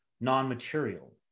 non-material